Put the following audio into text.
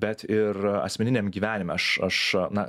bet ir asmeniniam gyvenime aš aš na